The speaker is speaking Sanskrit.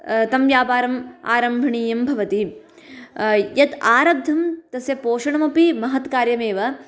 तं व्यापारम् आरम्भणीयं भवति यत् आरब्धं तस्य पोषणमपि महत् कार्यमेव